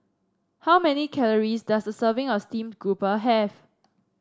how many calories does a serving of Steamed Grouper have